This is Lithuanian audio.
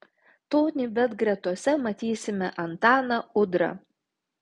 tonybet gretose matysime antaną udrą